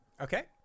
Okay